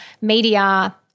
media